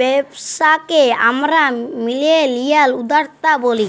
ব্যবসাকে আমরা মিলেলিয়াল উদ্যক্তা ব্যলি